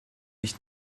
ich